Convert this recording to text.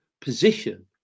position